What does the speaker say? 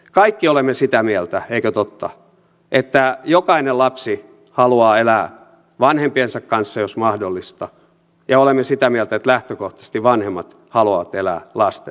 kaikki olemme sitä mieltä eikö totta että jokainen lapsi haluaa elää vanhempiensa kanssa jos mahdollista ja olemme sitä mieltä että lähtökohtaisesti vanhemmat haluavat elää lastensa kanssa